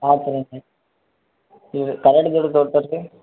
ಆಯ್ತ್ ರೀ ಇದು ಕರಂಟ್ ಬಿಲ್